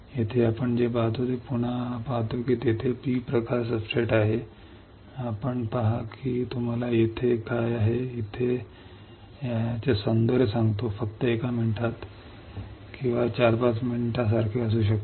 येथे आपण जे पाहतो ते पुन्हा पाहतो की तेथे पी प्रकार सब्सट्रेट आहे आपण पहा मी तुम्हाला येथे काय आहे आणि येथे काय आहे याचे सौंदर्य सांगतो फक्त एका मिनिटात किंवा 4 ते 5 मिनिटांसारखे असू शकते